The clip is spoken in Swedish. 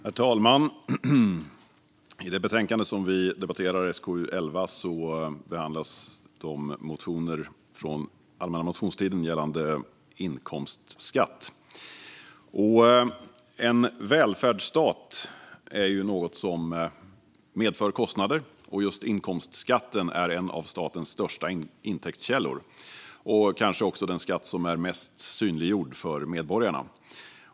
Herr talman! I det betänkande vi debatterar, SkU11, behandlas motioner från den allmänna motionstiden gällande inkomstskatt. En välfärdsstat är något som medför kostnader, och just inkomstskatten är en av statens största intäktskällor och kanske också den skatt som är mest synliggjord för medborgarna.